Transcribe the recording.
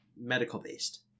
medical-based